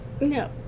No